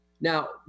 Now